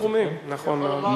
בכל התחומים, נכון מאוד.